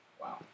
Wow